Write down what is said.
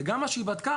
גם מה שהיא בדקה,